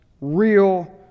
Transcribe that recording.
Real